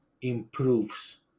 improves